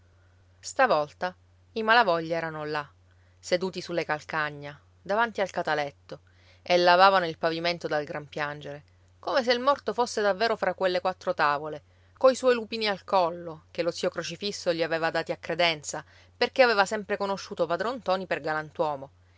stavolta i malavoglia erano là seduti sulle calcagna davanti al cataletto e lavavano il pavimento dal gran piangere come se il morto fosse davvero fra quelle quattro tavole coi suoi lupini al collo che lo zio crocifisso gli aveva dati a credenza perché aveva sempre conosciuto padron ntoni per galantuomo